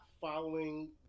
following